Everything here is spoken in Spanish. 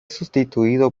sustituido